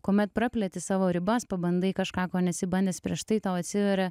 kuomet prapleti savo ribas pabandai kažką ko nesi bandęs prieš tai tau atsiveria